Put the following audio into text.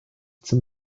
zum